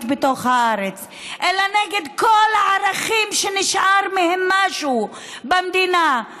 בתוך הארץ אלא נגד כל הערכים שנשאר מהם משהו במדינה,